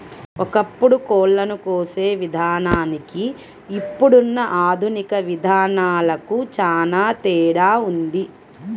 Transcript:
ఒకప్పుడు కోళ్ళను కోసే విధానానికి ఇప్పుడున్న ఆధునిక విధానాలకు చానా తేడా ఉంది